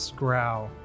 growl